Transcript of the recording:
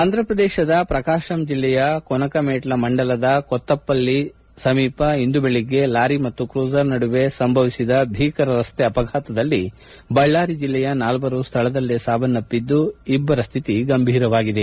ಆಂಧ್ರಪ್ರದೇಶದ ಪ್ರಕಾಶಂ ಜಿಲ್ಲೆಯ ಕೊನಕಮೇಟ್ಲ ಮಂಡಲದ ಕೊತ್ತಪಲ್ಲಿ ಸಮೀಪ ಇಂದು ಬೆಳಿಗ್ಗೆ ಲಾರಿ ಮತ್ತು ಕ್ರೂಸರ್ ನಡುವೆ ಸಂಭವಿಸಿದ ಭೀಕರ ರಸ್ತೆ ಅಪಘಾತದಲ್ಲಿ ಬಳ್ಳಾರಿ ಜಿಲ್ಲೆಯ ನಾಲ್ವರು ಸ್ಥಳದಲ್ಲೇ ಸಾವನ್ನಪ್ಪಿದ್ದು ಇಬ್ಬರ ಸ್ಥಿತಿ ಗಂಭೀರವಾಗಿದೆ